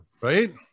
right